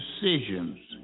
decisions